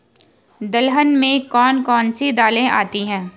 दलहन में कौन कौन सी दालें आती हैं?